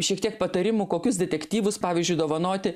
šiek tiek patarimų kokius detektyvus pavyzdžiui dovanoti